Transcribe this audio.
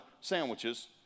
sandwiches